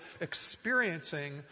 experiencing